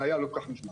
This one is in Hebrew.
זה היה לא כל כך מזמן